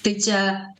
tai čia